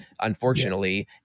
unfortunately